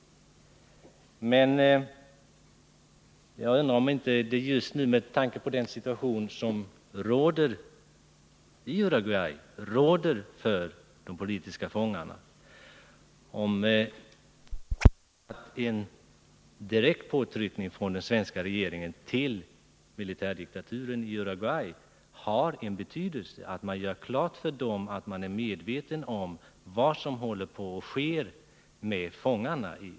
Men med tanke på den situation som just nu råder i Uruguay och på de förhållanden som råder för de politiska fångarna anser jag att en påtryckning från den svenska regeringen direkt till militärdiktaturen i Uruguay har betydelse. Det är viktigt att regeringen gör klart för dem att man är medveten om vad som håller på att ske med fångarna.